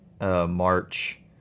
march